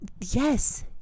Yes